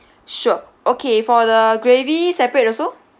sure okay for the gravy separate also